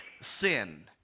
sin